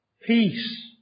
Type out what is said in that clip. peace